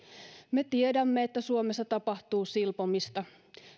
me tiedämme että suomessa tapahtuu silpomista